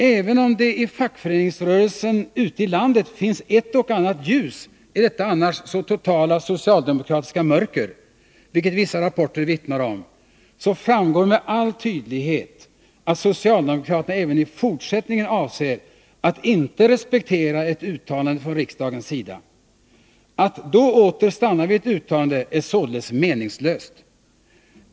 Även om det i fackföreningsrörelsen ute i landet finns ett och annat ljus i detta annars så totala socialdemokratiska mörker, vilket vissa rapporter vittnar om, så framgår med all tydlighet, att socialdemokraterna även i fortsättningen avser att inte respektera ett uttalande från riksdagens sida. Att åter stanna vid ett uttalande är således meningslöst.